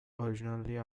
originally